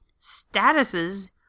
statuses